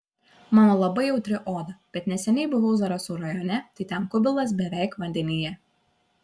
mano labai jautri oda bet neseniai buvau zarasų rajone tai ten kubilas beveik vandenyje